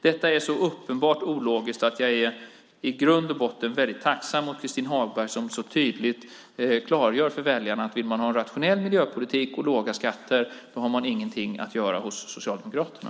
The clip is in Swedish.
Detta är så uppenbart ologiskt att jag i grund och botten är väldigt tacksam mot Christin Hagberg som så tydligt klargör för väljarna att vill man ha en rationell miljöpolitik och låga skatter har man ingenting att göra hos Socialdemokraterna.